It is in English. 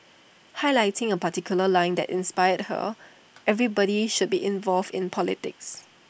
highlighting A particular line that inspired her everybody should be involved in politics